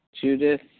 Judith